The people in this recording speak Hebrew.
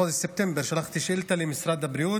בחודש ספטמבר, למשרד הבריאות,